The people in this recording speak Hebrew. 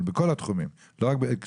זה נכון לכל התחומים ולא רק לקשישים.